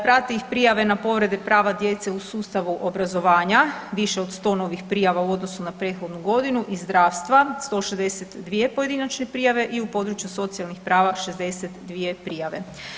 Prate ih prijave na povrede prava djece u sustavu obrazovanja više od 100 novih prijava u odnosu na prethodnu godinu i zdravstva 162 pojedinačne prijave i u području socijalnih prava 62 prijave.